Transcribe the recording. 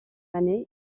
année